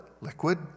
liquid